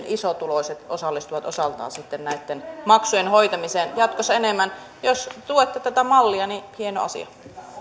isotuloiset osallistuvat osaltaan näitten maksujen hoitamiseen jatkossa enemmän jos tuette tätä mallia niin hieno asia